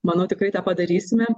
manau tikrai tą padarysime